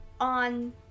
on